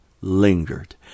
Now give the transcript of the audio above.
lingered